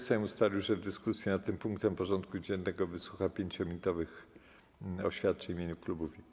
Sejm ustalił, że w dyskusji nad tym punktem porządku dziennego wysłucha 5-minutowych oświadczeń w imieniu klubów i kół.